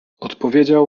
odpowiedział